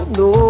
no